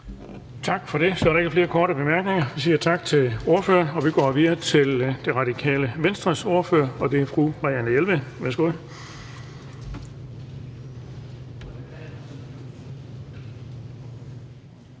Tak for det. Så er der ikke flere korte bemærkninger. Vi siger tak til ordføreren, og så går vi videre til SF's ordfører, og det er hr. Jacob Mark. Værsgo.